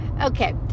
Okay